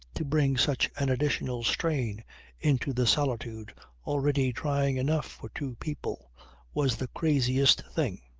to bring such an additional strain into the solitude already trying enough for two people was the craziest thing.